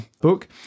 book